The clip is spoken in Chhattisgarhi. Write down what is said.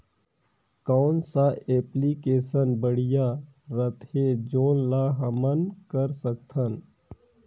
कौन सा एप्लिकेशन बढ़िया रथे जोन ल हमन कर सकथन?